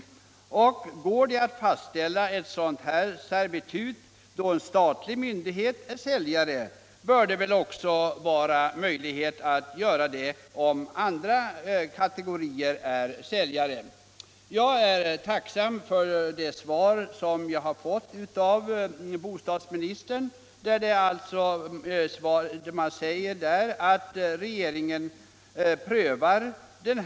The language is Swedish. Och går det att fastställa ett sådant här servitut då en statlig myndighet är säljare bör det väl också finnas möjlighet att göra det för andra kategorier av säljare. Jag är tacksam för det svar som jag fått av bostadsministern, där det sägs att regeringen prövar frågan.